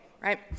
right